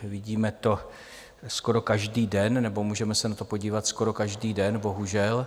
Vidíme to skoro každý den nebo můžeme se na to podívat skoro každý den, bohužel.